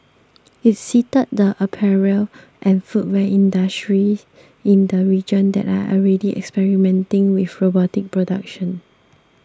it cited the apparel and footwear industries in the region that are already experimenting with robotic production